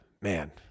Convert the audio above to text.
Man